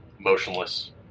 motionless